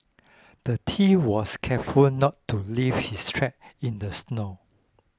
the thief was careful to not leave his track in the snow